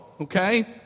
okay